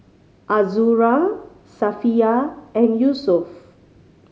Azura Safiya and Yusuf